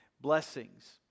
blessings